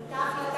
זה לא היה גירוש,